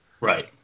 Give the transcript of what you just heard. Right